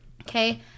okay